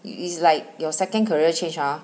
it's like your second career change ah